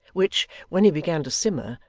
which, when he began to simmer,